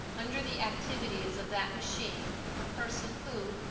under the activities of that machine the person who,